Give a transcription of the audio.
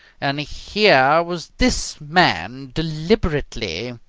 and here was this man deliberately.